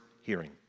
hearing